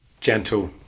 gentle